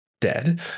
dead